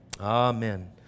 amen